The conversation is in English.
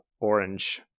orange